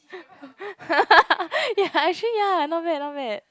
ya actually ya not bad not bad